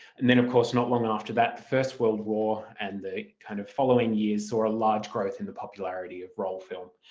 and then of course not long after that the first world war and the kind of following years saw a large growth in the popularity of roll film.